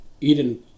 Eden